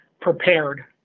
prepared